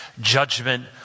judgment